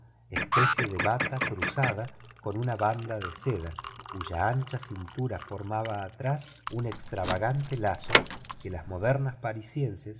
especie de bata cruzada con una banda de seda cuya ancha cintura formaba atrás un extravagante lazo que las modernas parisienses